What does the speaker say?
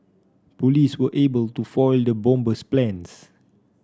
police were able to foil the bomber's plans